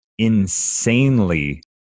insanely